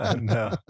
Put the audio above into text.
no